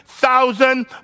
thousand